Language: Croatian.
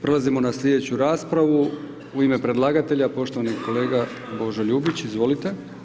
Prelazimo na slijedeću raspravu, u ime predlagatelja poštovani kolega Božo Ljubić, izvolite.